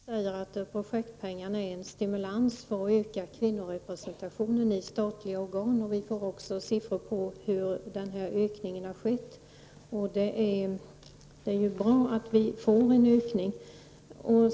Herr talman! Margot Wallström säger att projektpengarna är stimulans för att öka kvinnorepresentationen i statliga organ, och vi får också siffror på ökningen. Det är bra att vi får en ökning.